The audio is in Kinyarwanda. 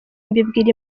mbibwira